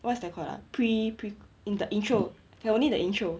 what's that called ah pre pre in the intro can only the intro